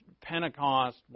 Pentecost